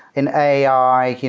in ai,